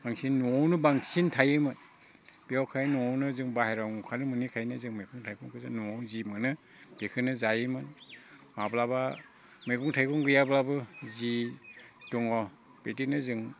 मानसिनि न'आवनो बांसिन थायोमोन बेयावखाय न'आवनो जों बाहेरायाव ओंखारनो मोनैखायनो जों मैगं थाइगंखौ जों जि मोनो बेखौनो जायोमोन माब्लाबा मैगं थाइगं गैयाब्लाबो जि दङ बेदिनो जों